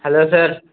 hello sir